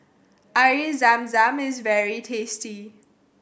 Air Zam Zam is very tasty